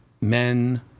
men